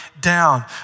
down